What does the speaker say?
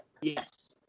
Yes